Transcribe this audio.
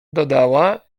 dodała